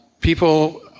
people